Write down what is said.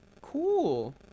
Cool